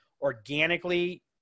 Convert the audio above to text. organically